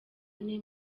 ane